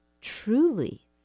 truly